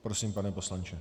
Prosím, pane poslanče.